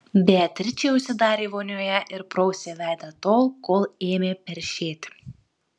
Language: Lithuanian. beatričė užsidarė vonioje ir prausė veidą tol kol ėmė peršėti